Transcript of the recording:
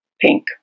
pink